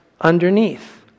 underneath